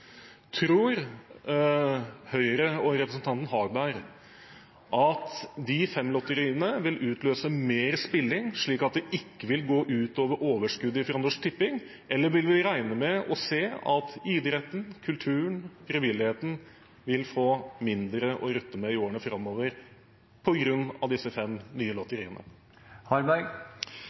Tror Høyre og representanten Harberg at de fem lotteriene vil utløse mer spilling, slik at det ikke vil gå ut over overskuddet fra Norsk Tipping? Eller vil vi regne med å se at idretten, kulturen og frivilligheten vil få mindre å rutte med i årene framover på grunn av disse fem nye